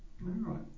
right